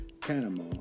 Panama